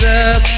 up